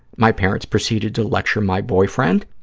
my parents proceeded to lecture my boyfriend,